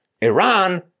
Iran